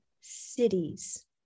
cities